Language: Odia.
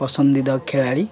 ପସନ୍ଦିଦା ଖେଳାଳି